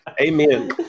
Amen